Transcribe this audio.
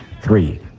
three